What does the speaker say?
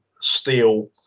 steel